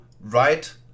write